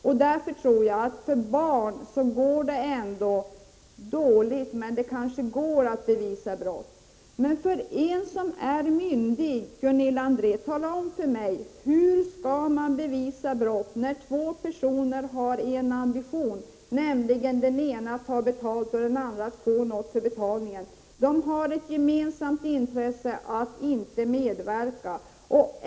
Jag tror också att det är lättare att bevisa brott om en minderårig flicka har prostitutionskontakter. Kan Gunilla André tala om för mig hur det skall vara möjligt att bevisa brott när två personer har samma ambition, nämligen den ena — flickan som är över 18 år — att få betalt och den andra att få något för betalningen? De båda har ett gemensamt intressse av att inte medverka till att deras kontakt avslöjas.